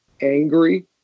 angry